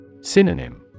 Synonym